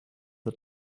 the